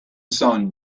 sun